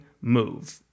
move